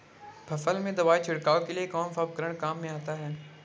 फसल में दवाई छिड़काव के लिए कौनसा उपकरण काम में आता है?